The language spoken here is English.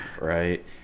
right